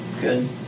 good